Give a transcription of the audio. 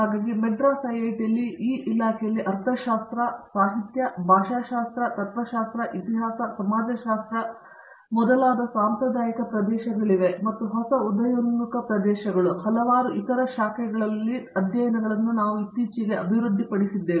ಹಾಗಾಗಿ ಮದ್ರಾಸ್ ಐಐಟಿಯಲ್ಲಿ ಈ ಇಲಾಖೆಯಲ್ಲಿ ಅರ್ಥಶಾಸ್ತ್ರ ಸಾಹಿತ್ಯ ಭಾಷಾಶಾಸ್ತ್ರ ತತ್ತ್ವಶಾಸ್ತ್ರ ಇತಿಹಾಸ ಸಮಾಜಶಾಸ್ತ್ರ ಮೊದಲಾದ ಸಾಂಪ್ರದಾಯಿಕ ಪ್ರದೇಶಗಳಿವೆ ಮತ್ತು ಹೊಸ ಉದಯೋನ್ಮುಖ ಪ್ರದೇಶಗಳು ಮತ್ತು ಹಲವಾರು ಇತರ ಶಾಖೆಗಳಲ್ಲಿ ಅಧ್ಯಯನಗಳನ್ನು ನಾವು ಇತ್ತೀಚೆಗೆ ಅಭಿವೃದ್ಧಿಪಡಿಸಿದ್ದೇವೆ